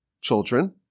children